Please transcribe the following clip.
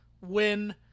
win